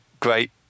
great